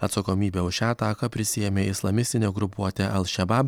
atsakomybę už šią ataką prisiėmė islamistinė grupuotė al šebab